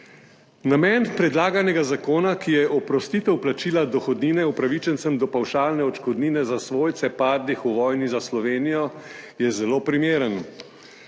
Namen predlaganega zakona, ki je oprostitev plačila dohodnine upravičencem do pavšalne odškodnine za svojce padlih v vojni za Slovenijo, je zelo primeren.